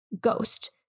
ghost